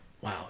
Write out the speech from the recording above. Wow